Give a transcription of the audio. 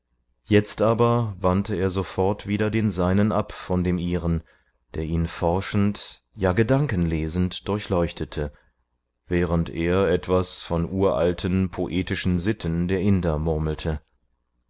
jetzt aber wandte er sofort wieder den seinen ab von dem ihren der ihn forschend ja gedankenlesend durchleuchtete während er etwas von uralten poetischen sitten der inder murmelte